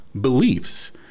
beliefs